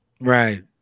Right